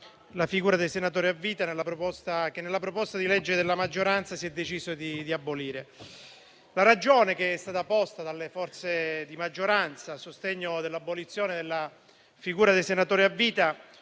la figura dei senatori a vita che nella proposta di legge della maggioranza si è deciso di abolire. La ragione che è stata posta dalle forze di maggioranza a sostegno dell'abolizione della figura dei senatori a vita